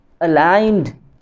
aligned